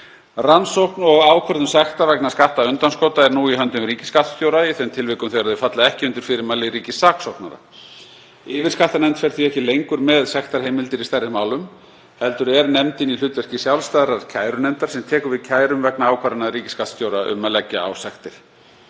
Rannsókn og ákvörðun sekta vegna skattundanskota er nú í höndum ríkisskattstjóra í þeim tilvikum þegar þau falla ekki undir fyrirmæli ríkissaksóknara. Yfirskattanefnd fer því ekki lengur með sektarheimildir í stærri málum heldur er nefndin í hlutverki sjálfstæðrar kærunefndar sem tekur við kærum vegna ákvarðana ríkisskattstjóra um að leggja á sektir.